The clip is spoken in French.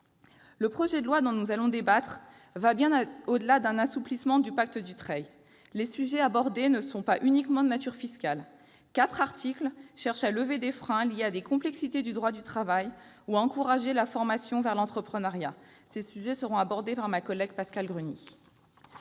La proposition de loi dont nous débattons va bien au-delà d'un assouplissement du dispositif Dutreil, puisque les sujets abordés ne sont pas uniquement de nature fiscale. Quatre articles lèvent des freins liés à des complexités du droit du travail ou encouragent la formation vers l'entrepreneuriat. Ces sujets seront abordés par ma collègue Pascale Gruny.